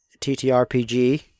TTRPG